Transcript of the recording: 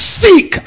seek